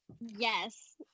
yes